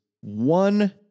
one